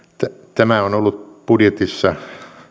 tämä on ollut budjetissa